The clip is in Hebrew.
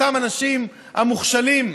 אותם אנשים, המוכשלים,